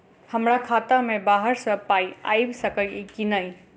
हमरा खाता मे बाहर सऽ पाई आबि सकइय की नहि?